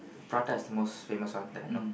pratas the most famous one that I know